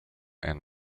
and